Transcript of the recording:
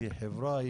היא חברה,